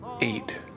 eight